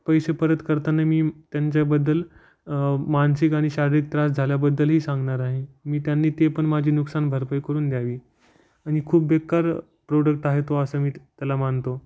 पैसे परत करताना मी त्यांच्याबद्दल मानसिक आणि शारीरिक त्रास झाल्याबद्दलही सांगणार आहे मी त्यांनी ते पण माझी नुकसान भरपाई करून द्यावी आणि खूप बेकार प्रोडक्ट आहे तो असं मी त्याला मानतो